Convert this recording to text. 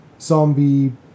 zombie